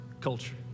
culture